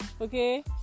okay